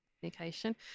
communication